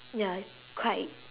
ya quite